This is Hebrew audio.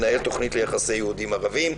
מנהל התוכנית ליחסי יהודים-ערבים.